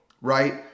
right